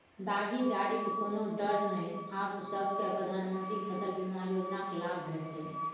दाही जारीक कोनो डर नै आब सभकै प्रधानमंत्री फसल बीमा योजनाक लाभ भेटितै